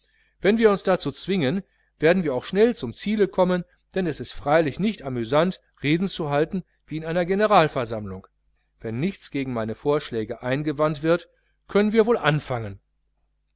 wenn wir uns dazu zwingen werden wir auch schnell zum ziele kommen denn es ist freilich nicht amüsant reden zu halten wie in einer generalversammlung wenn nichts gegen meine vorschläge eingewandt wird können wir wohl anfangen